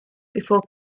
before